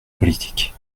politique